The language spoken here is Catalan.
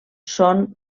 són